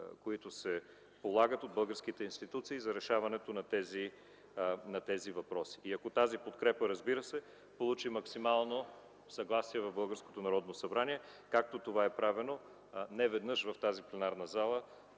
които се полагат от българските институции за решаването на тези въпроси, и ако тази подкрепа, разбира се, получи максимално съгласие в българското Народно събрание, както това е правено неведнъж в тази пленарна зала